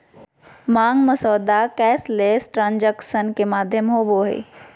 मांग मसौदा cashless transaction के माध्यम होबो हइ